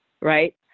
right